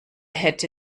hätte